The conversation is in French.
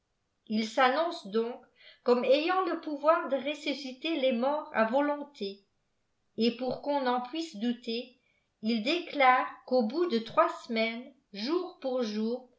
ils s'annoncent donc comme ayant le pouvoir de ressusciter les morts à volonté et pour qu'on n'en puisse douter ils déclarent qu'au bout de trois semaines jour pour jour